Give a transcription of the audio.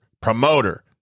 promoter